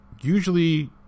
usually